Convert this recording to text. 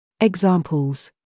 Examples